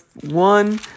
one